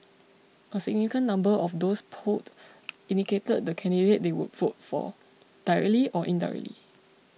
a significant number of those polled indicated the candidate they would vote for directly or indirectly